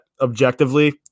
objectively